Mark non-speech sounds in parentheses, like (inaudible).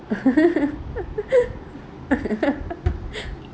(laughs)